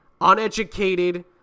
uneducated